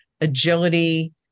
agility